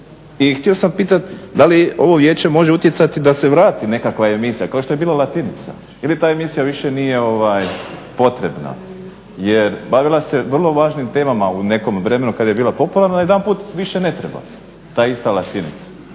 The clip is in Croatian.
I htio sam pitati da li ovo Vijeće može utjecati da se vrati nekakva emisija kao što je bila Latinica? Ili ta emisija više nije potrebna, jer bavila se vrlo važnim temama u nekom vremenu kada je bila popularna, najedanput više ne treba ta ista Latinica.